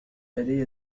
لدي